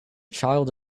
child